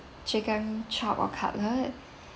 chicken chop or cutlet